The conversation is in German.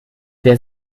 wer